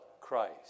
Christ